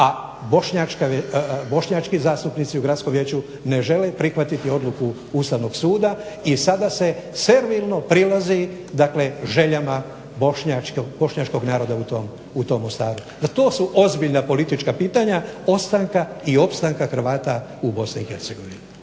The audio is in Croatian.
a bošnjački zastupnici u Gradskom vijeću ne žele prihvatiti odluku Ustavnog suda i sada se servilno prilazi dakle željama bošnjačkog naroda u tom Mostaru. To su ozbiljna politička pitanja ostanka i opstanka Hrvata u BiH.